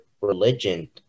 religion